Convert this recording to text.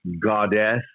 goddess